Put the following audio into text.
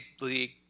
league